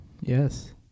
Yes